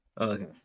Okay